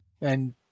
And-